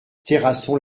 terrasson